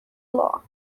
law